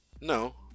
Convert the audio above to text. No